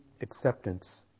acceptance